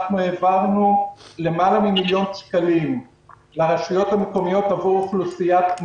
אנחנו העברנו יותר ממיליון שקלים לרשויות המקומיות עבור אוכלוסייה של